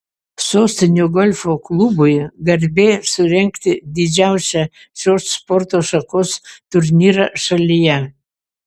sostinių golfo klubui garbė surengti didžiausią šios sporto šakos turnyrą šalyje